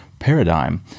Paradigm